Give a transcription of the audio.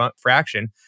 fraction